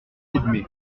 edme